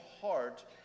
heart